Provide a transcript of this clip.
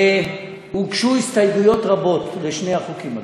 הוגשו הסתייגויות רבות לשני החוקים הללו.